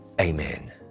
Amen